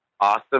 awesome